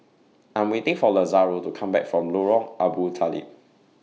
I'm waiting For Lazaro to Come Back from Lorong Abu Talib